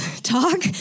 talk